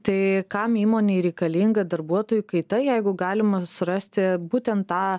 tai kam įmonei reikalinga darbuotojų kaita jeigu galima surasti būtent tą